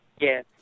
Yes